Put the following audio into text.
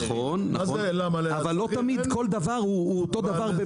נכון, אבל לא תמיד כל דבר הוא אותו דבר.